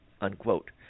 unquote